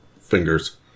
fingers